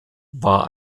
war